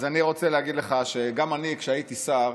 אז אני רוצה להגיד לך שגם אני כשהייתי שר,